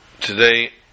today